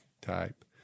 type